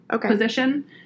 position